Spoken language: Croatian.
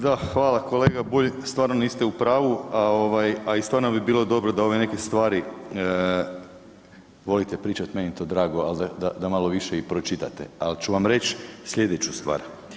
Da hvala, kolega Bulj, stvarno niste u pravi, a i stvarno bi bilo dobro da ove neke stvari, volite pričat meni je to drago, al da malo više i pročitate, ali ću vam reći slijedeću stvar.